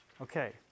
Okay